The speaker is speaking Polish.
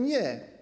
Nie.